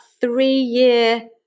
three-year